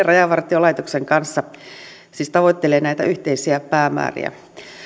rajavartiolaitoksen kanssa tavoittelee näitä yhteisiä päämääriä